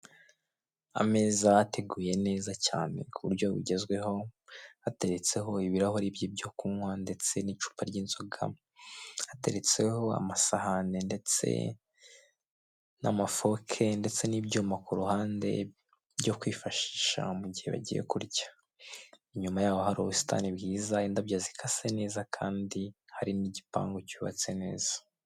Ameza ateguye neza cyane ku buryo bugezweho ateretseho ibirahure byibyo kunywa ndetse n'icupa ry'inzoga, hateretseho amasahane ndetse n'amafoke ndetse n'ibyuma kuruhande byo kwifashisha mugihe bagiye kurya. Inyuma yaho hari ubusitani bwiza, indabyo zikase neza kandi hari n'igipangu cyubatse neza.